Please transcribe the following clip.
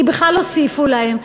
כי בכלל הוסיפו להם.